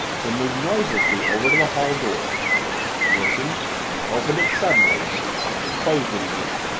then moved noiselessly over to the hall door listened opened it suddenly closed it again.